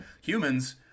Humans